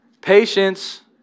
Patience